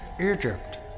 Egypt